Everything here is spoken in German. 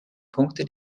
punkte